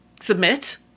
submit